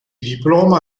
diploma